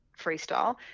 freestyle